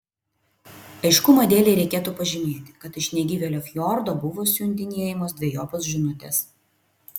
aiškumo dėlei reikėtų pažymėti kad iš negyvėlio fjordo buvo siuntinėjamos dvejopos žinutės